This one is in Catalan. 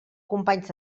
companys